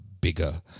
bigger